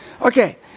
Okay